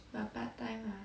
but part time mah